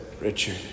Richard